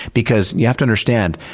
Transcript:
because, you have to understand,